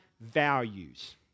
values